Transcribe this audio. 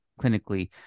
clinically